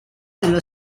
dello